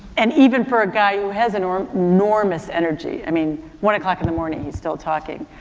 and even for a guy who has enormous enormous energy, i mean, one o'clock in the morning he's still talking.